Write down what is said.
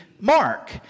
Mark